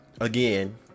again